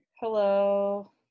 Hello